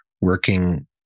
working